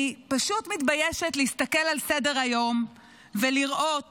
אני פשוט מתביישת להסתכל על סדר-היום ולראות